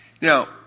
Now